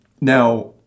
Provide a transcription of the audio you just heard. Now-